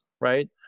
right